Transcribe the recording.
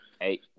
Hey